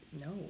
No